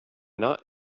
not